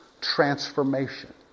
transformation